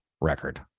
record